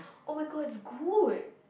[oh]-my-god it's good